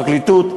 של הפרקליטות,